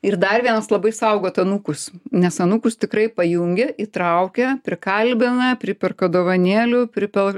ir dar vienas labai saugot anūkus nes anūkus tikrai pajungia įtraukia prikalbina priperka dovanėlių priper